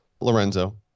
Lorenzo